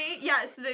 yes